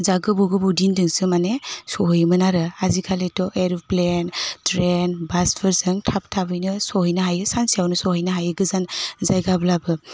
जा गोबाव गोबाव दिनजोंसो माने सहैयोमोन आरो आजिखालिथ' एर'प्लेन ट्रेन बासफोरजों थाब थाबैनो सहैनो हायो सानसेयावनो सहैनो हायो गोजान जायगाब्लाबो